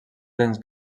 dents